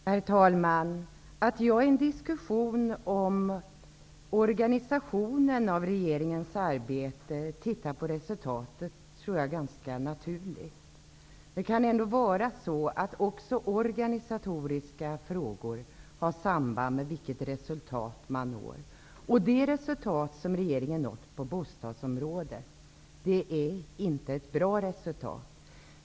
Herr talman! Att jag i en diskussion om organisationen av regeringens arbete tittar på resultatet är ganska naturligt. Det kan ändå vara så att också organisatoriska frågor har samband med vilket resultat man når. Det resultat som regeringen har nått på bostadsområdet är inte ett bra resultat.